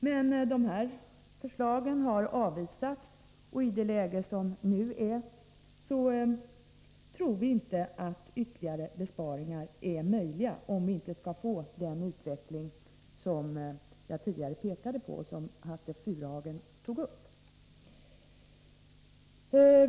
Men dessa förslag har avvisats, och i dagens läge tror vi inte att ytterligare besparingar är möjliga om vi inte skall få den utveckling som jag tidigare pekade på och som Hatte Furuhagen tog upp.